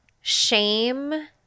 shame